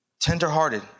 tenderhearted